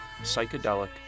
psychedelic